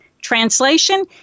Translation